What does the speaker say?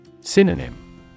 Synonym